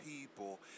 people